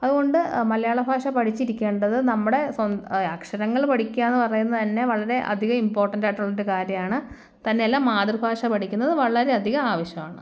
അതുകൊണ്ട് മലയാള ഭാഷ പഠിച്ചിരിക്കേണ്ടത് നമ്മുടെ സ്വ അക്ഷരങ്ങൾ പഠിക്കുകാന്ന് പറയുന്നത് തന്നെ വളരെ അധികം ഇമ്പോർട്ടൻറ്റായിട്ടുള്ളൊരു കാര്യമാണ് തന്നെയല്ല മാതൃഭാഷ പഠിക്കുന്നത് വളരെയധികം ആവശ്യമാണ്